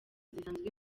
zisanzwe